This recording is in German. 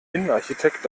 innenarchitekt